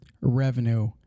revenue